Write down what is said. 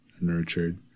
nurtured